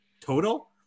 total